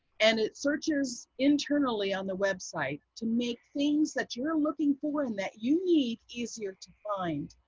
and it searches internally on the website to make things that you're looking for and that you need easier to find.